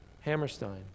Hammerstein